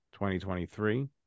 2023